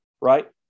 right